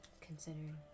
considering